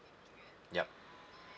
yup